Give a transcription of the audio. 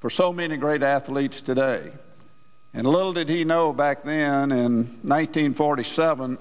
for so many great athletes today and little did he know back then in nineteen forty seven